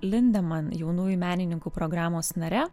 lindeman jaunųjų menininkų programos nare